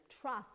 Trust